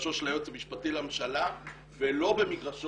במגרשו של היועץ המשפטי לממשלה ולא במגרשה